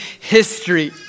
history